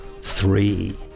Three